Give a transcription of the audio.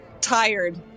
tired